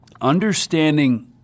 understanding